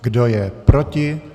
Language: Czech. Kdo je proti?